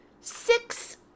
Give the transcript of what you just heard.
six